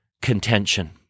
contention